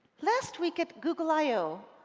last week, at google i o,